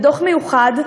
בדוח מיוחד,